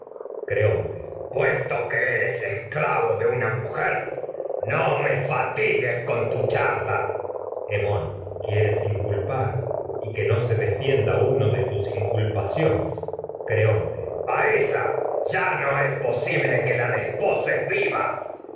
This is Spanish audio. dioses infer creonte puesto que eres esclavo de una mujer no me fatigues con tu charla hemón quieres inculpar y que no se defienda uno de tus inculpaciones ésa ya no es creonte a viva hemón ella posible que la desposes